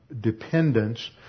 dependence